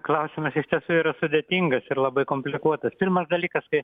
klausimas iš tiesų yra sudėtingas ir labai komplikuotas pirmas dalykas kai